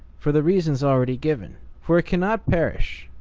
for the reasons already given for it cannot perish,